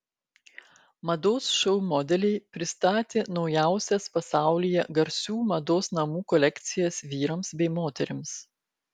mados šou modeliai pristatė naujausias pasaulyje garsių mados namų kolekcijas vyrams bei moterims